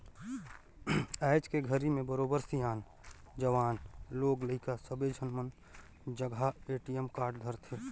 आयज के घरी में बरोबर सियान, जवान, लोग लइका सब्बे झन मन जघा ए.टी.एम कारड रथे